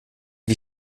wie